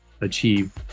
achieve